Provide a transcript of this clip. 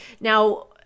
Now